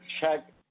check